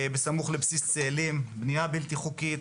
בסמוך לבסיס צאלים, בנייה בלתי חוקית,